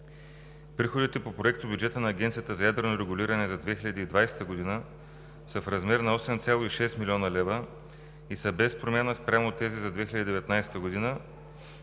Приходите по проектобюджета на Агенцията за ядрено регулиране за 2020 г. са в размер на 8,6 млн. лв. и са без промяна спрямо тези за 2019 г.,